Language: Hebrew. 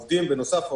בנוסף,